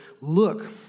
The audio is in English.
look